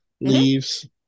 leaves